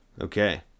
Okay